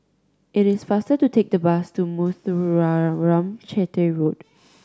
it is faster to take the bus to Muthuraman Chetty Road